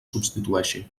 substitueixi